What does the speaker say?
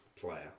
player